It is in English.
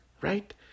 right